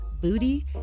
booty